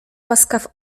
łaskaw